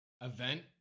Event